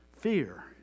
fear